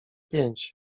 pięć